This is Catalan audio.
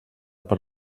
per